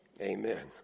Amen